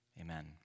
Amen